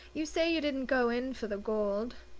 you say you didn't go in for the gold?